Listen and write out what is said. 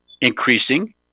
increasing